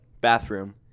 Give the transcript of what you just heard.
Bathroom